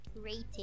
rating